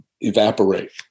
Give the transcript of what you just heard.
evaporate